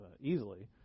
easily